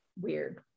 weird